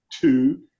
two